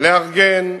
לארגן,